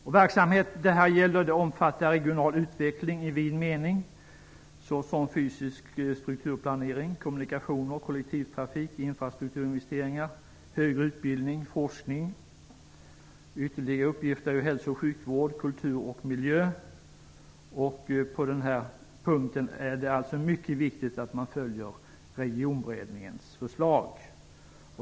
Den verksamhet det här gäller omfattar regional utveckling i vid mening såsom fysisk strukturplanering, kommunikationer, kollektivtrafik, infrastrukturinvesteringar, högre utbildning och forskning. Ytterligare uppgifter är hälso och sjukvård, kultur och miljö. På den här punkten är det alltså mycket viktigt att man följer Regionberedningens förslag.